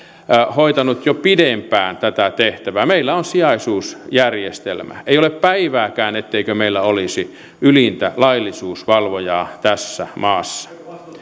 hoitanut jo pidempään tätä tehtävää meillä on sijaisuusjärjestelmä ei ole päivääkään et teikö meillä olisi ylintä laillisuusvalvojaa tässä maassa